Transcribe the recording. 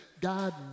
God